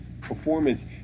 performance